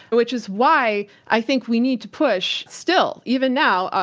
which is why i think we need to push still, even now,